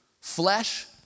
Flesh